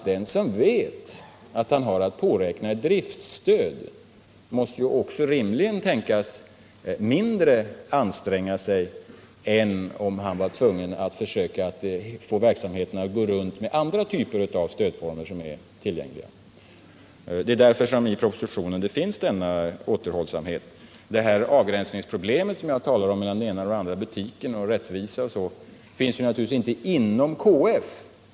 Den som vet att han kan påräkna ett förlusttäckningsstöd måste bl.a. rimligen tänkas anstränga sig mindre än om han var tvungen att försöka få verksamheten att gå ihop med hjälp av andra stödformer som är tillgängliga. Det är därför som denna återhållsamhet finns i propositionen. Avgränsningsproblemet, som jag talar om, mellan den ena och den andra butiken och svårigheten att skapa rättvisa finns naturligtvis inte inom KF.